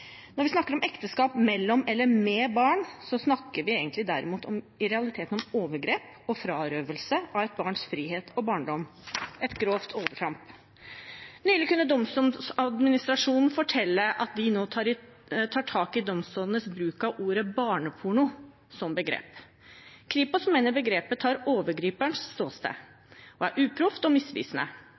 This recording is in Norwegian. Når vi snakker om ekteskap mellom eller med barn, derimot, snakker vi egentlig i realiteten om overgrep og frarøvelse av et barns frihet og barndom – et grovt overtramp. Nylig kunne Domstoladministrasjonen fortelle at de nå tar tak i domstolenes bruk av ordet «barneporno» som begrep. Kripos mener begrepet tar overgriperens ståsted og er uproft og misvisende.